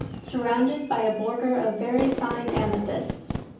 surrounded by a border of very fine amethysts.